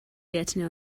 getting